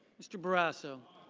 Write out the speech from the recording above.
mr. barrasso.